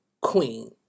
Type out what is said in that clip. Queen